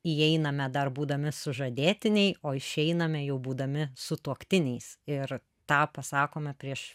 įeiname dar būdami sužadėtiniai o išeiname jau būdami sutuoktiniais ir tą pasakome prieš